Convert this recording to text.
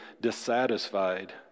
dissatisfied